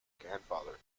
grandfather